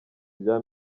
rya